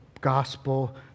gospel